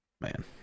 man